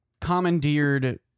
commandeered